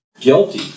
guilty